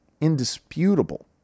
indisputable